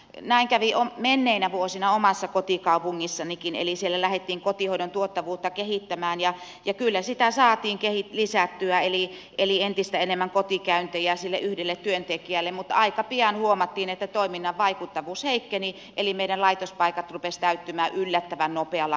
näin kävi menneinä vuosina omassa kotikaupungissanikin eli siellä lähdettiin kotihoidon tuottavuutta kehittämään ja kyllä sitä saatiin lisättyä eli tuli entistä enemmän kotikäyntejä sille yhdelle työntekijälle mutta aika pian huomattiin että toiminnan vaikuttavuus heikkeni eli meidän laitospaikkamme rupesivat täyttymään yllättävän nopealla vauhdilla